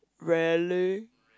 really